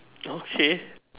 okay